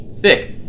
thick